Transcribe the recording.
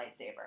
lightsaber